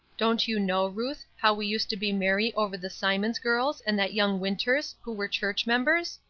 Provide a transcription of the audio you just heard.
don't you know, ruth, how we used to be merry over the symonds girls and that young winters who were church-members?